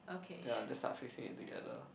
ya then start fixing it together